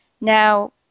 Now